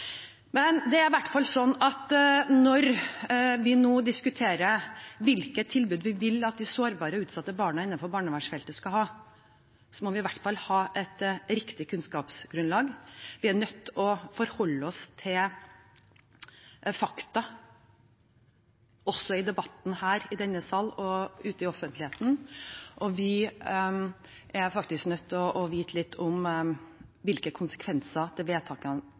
Men det er i hvert fall sånn at når vi nå diskuterer hvilket tilbud vi vil at de sårbare, utsatte barna innenfor barnevernsfeltet skal ha, må vi i hvert fall ha et riktig kunnskapsgrunnlag. Vi er nødt til å forholde oss til fakta, også i debatten her i denne salen og ute i offentligheten. Vi er faktisk nødt til å vite litt om hvilke konsekvenser vedtakene